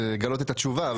לגלות את התשובה.